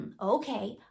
okay